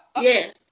yes